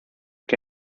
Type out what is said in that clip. que